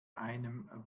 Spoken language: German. einem